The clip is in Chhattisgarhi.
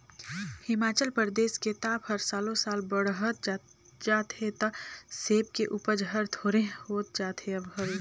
हिमाचल परदेस के ताप हर सालो साल बड़हत जात हे त सेब के उपज हर थोंरेह होत जात हवे